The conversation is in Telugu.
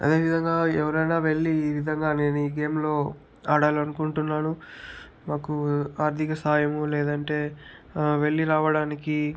అదేవిధంగా ఎవరైనా వెళ్ళిఈ విధంగా నేను ఈ గేమ్లో ఆడాలి అనుకుంటున్నాను మాకు ఆర్థిక సాయం లేదంటే వెళ్ళి రావడానికి